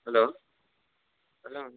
hello hello